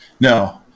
no